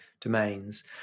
domains